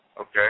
Okay